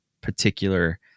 particular